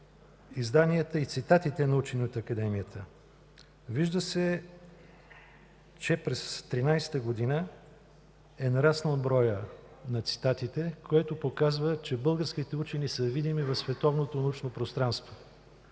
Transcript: изданията и цитатите на учени от Академията. Вижда се, че през 2013 г. е нараснал броят на цитатите, което показва, че българските учени са видими в световното научно пространство.